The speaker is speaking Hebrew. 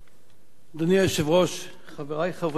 אדוני היושב-ראש, חברי חברי הכנסת,